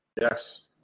Yes